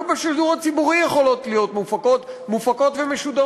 בשידור הציבורי יכולות להיות מופקות ומשודרות.